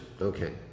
okay